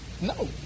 No